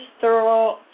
thorough